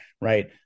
right